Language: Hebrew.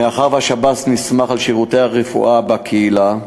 מאחר שהשב"ס נסמך על שירותי הרפואה בקהילה,